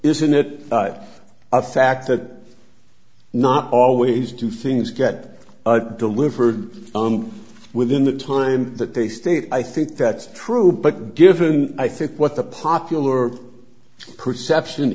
isn't it a fact that not always do things get delivered within the time that they state i think that's true but given i think what the popular perception